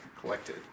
collected